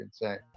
insane